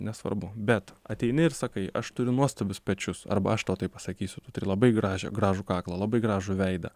nesvarbu bet ateini ir sakai aš turiu nuostabius pečius arba aš tau tai pasakysiu tu turi labai gražią gražų kaklą labai gražų veidą